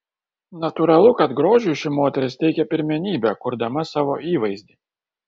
natūralu kad grožiui ši moteris teikia pirmenybę kurdama savo įvaizdį